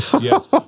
yes